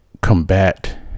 combat